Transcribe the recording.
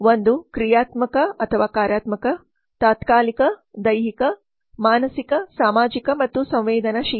ಒಂದು ಕ್ರಿಯಾತ್ಮಕಕಾರ್ಯಾತ್ಮಕ ತಾತ್ಕಾಲಿಕ ದೈಹಿಕ ಮಾನಸಿಕ ಸಾಮಾಜಿಕ ಮತ್ತು ಸಂವೇದನಾಶೀಲ